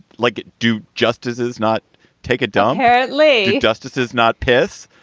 like, do justices not take it? don't leave. justices not piss.